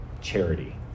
charity